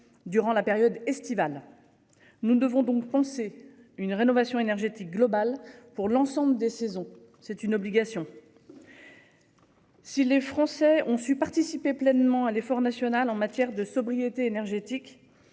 durant la période estivale. Nous devons donc penser une rénovation énergétique globale pour l'ensemble des saisons. C'est une obligation. Si les Français ont su participer pleinement à l'effort national en matière de sobriété énergétique.